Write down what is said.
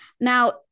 Now